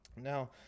Now